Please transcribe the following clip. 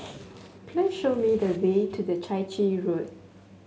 please show me the way to the Chai Chee Road